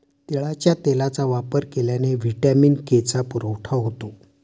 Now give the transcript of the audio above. तिळाच्या तेलाचा वापर केल्याने व्हिटॅमिन के चा पुरवठा होतो